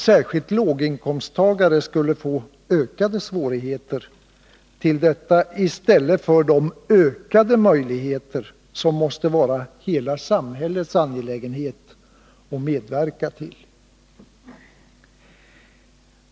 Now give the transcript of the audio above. Särskilt låginkomsttagare skulle få ökade svårigheter i stället för de ökade möjligheter till meningsfull fritid som det måste vara hela samhällets angelägenhet att medverka till.